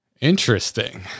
Interesting